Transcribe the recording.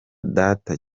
data